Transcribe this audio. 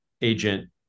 agent